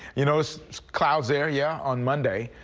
you know as clouds area on monday.